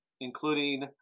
including